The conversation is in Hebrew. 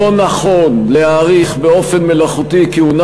לא נכון להאריך באופן מלאכותי כהונה